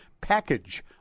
package